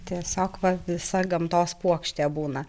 tiesiog va visa gamtos puokštė būna